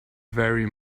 very